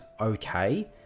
okay